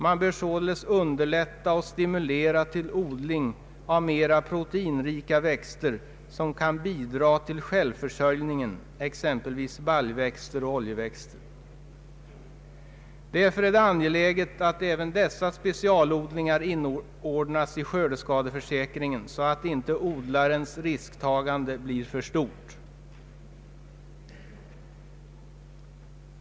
Man bör således underlätta och stimulera odling av mera proteinrika växter som kan bidra till självförsörjningen, t.ex. baljväxter och oljeväxter. Därför är det angeläget att även dessa specialodlingar inordnas i skördeskadeförsäkringen, så att odlarens risktagande inte blir för stort.